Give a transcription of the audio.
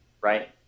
right